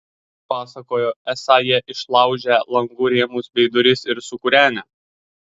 pasakojo esą jie išlaužę langų rėmus bei duris ir sukūrenę